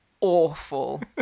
awful